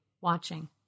watching